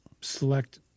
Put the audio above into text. select